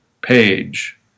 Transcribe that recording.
page